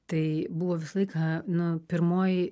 tai buvo visą laiką nu pirmoj